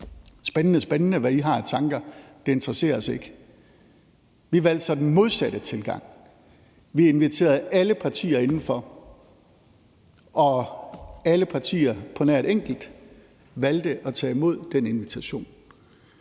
spændende, hvad I har af tanker – det interesserer os ikke. Vi valgte så den modsatte tilgang. Vi inviterede alle partier indenfor, og alle partier på nær et enkelt valgte at tage imod den invitation.